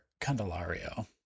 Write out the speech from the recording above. Candelario